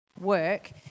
work